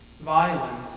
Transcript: violence